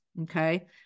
Okay